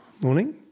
Morning